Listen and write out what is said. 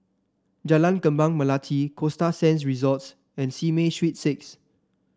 Jalan Kembang Melati Costa Sands Resort and Simei Street Six